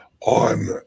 on